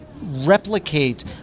Replicate